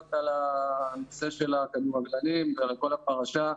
על הנושא של הכדורגלנים ועל כל הפרשה.